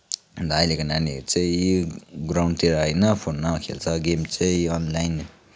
अन्त अहिलेको नानीहरू चाहिँ ग्राउन्डतिर होइन फोनमा खेल्छ गेम चाहिँ अनलाइन